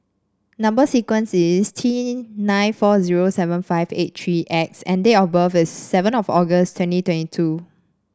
number sequence is T nine four zero seven five eight three X and date of birth is seven of August twenty twenty two